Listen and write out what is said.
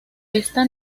esta